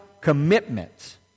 commitment